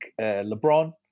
LeBron